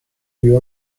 you